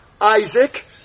Isaac